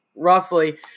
roughly